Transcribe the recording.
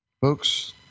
Folks